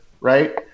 right